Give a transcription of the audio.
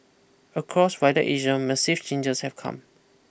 across wider Asia massive changes have come